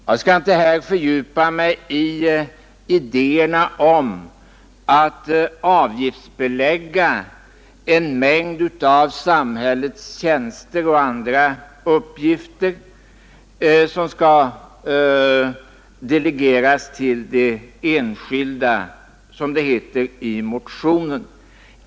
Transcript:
Jag skall här inte fördjupa mig i idéerna om att avgiftsbelägga en mängd av samhällets tjänster och om att delegera vissa uppgifter till enskilda, som det heter i motionen.